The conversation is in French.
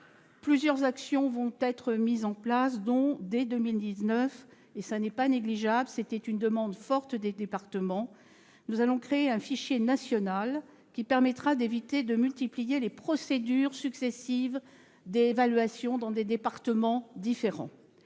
Plusieurs actions vont être mises en place. Ainsi, dès 2019- ce n'est pas négligeable et c'était une demande forte des départements -, nous créerons un fichier national, qui permettra d'éviter de multiplier les procédures successives d'évaluation dans des départements différents.